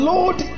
Lord